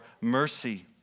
mercy